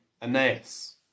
Aeneas